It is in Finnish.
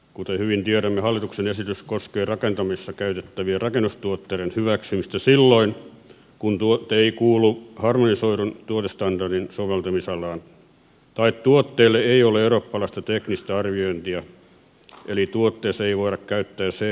kuten hyvin tiedämme hallituksen esitys koskee rakentamisessa käytettävien rakennustuotteiden hyväksymistä silloin kun tuote ei kuulu harmonisoidun tuotestandardin soveltamisalaan tai tuotteelle ei ole eurooppalaista teknistä arviointia eli tuotteessa ei voida käyttää ce merkintää